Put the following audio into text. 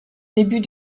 début